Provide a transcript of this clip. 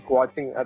watching